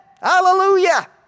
Hallelujah